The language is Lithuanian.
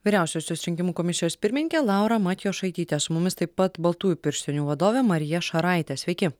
vyriausiosios rinkimų komisijos pirmininkė laura matjošaitytė su mumis taip pat baltųjų pirštinių vadovė marija šaraitė sveiki